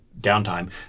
downtime